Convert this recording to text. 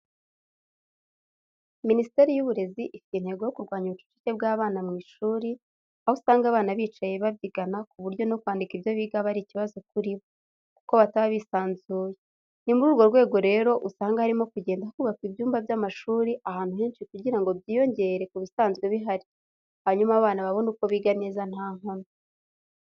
Minisiteri y'uburezi ifite intego yo kurwanya ubucucike bw'abana mu ishuri aho usanga abana bicaye babyigana ku buryo no kwandika ibyo biga aba ari ikibazo kuri bo, kuko bataba bisanzuye ni muri urwo rwego rero usanga harimo kugenda hubakwa ibyuma by'amashuri ahantu henshi kugira ngo byiyongere ku bisanzwe bihari hanyuma abana babone uko biga neza nta nkomyi.